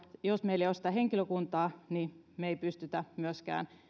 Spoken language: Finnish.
jos meillä ei ole sitä henkilökuntaa niin me emme pysty myöskään